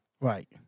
Right